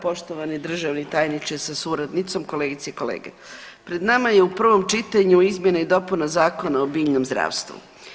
Poštovani državni tajniče sa suradnicom, kolegice i kolege, pred nama je u prvom čitanju izmjena i dopuna Zakona o biljnom zdravstvu.